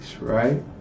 right